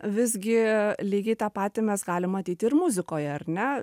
visgi lygiai tą patį mes galim matyt ir muzikoje ar ne